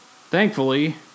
Thankfully